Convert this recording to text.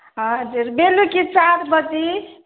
हजुर बेलुकी चार बजी